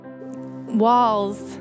walls